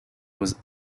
was